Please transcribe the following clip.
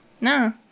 no